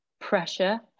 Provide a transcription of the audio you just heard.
pressure